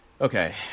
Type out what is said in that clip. Okay